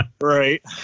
Right